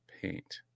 paint